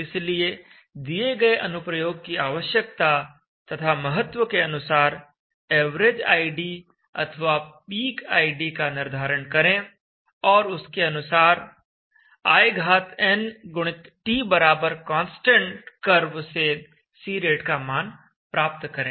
इसलिए दिए गए अनुप्रयोग की आवश्यकता तथा महत्व के अनुसार एवरेज id अथवा पीक id का निर्धारण करें और उसके अनुसार in गुणित t बराबर कांस्टेंट कर्व से C रेट का मान प्राप्त करें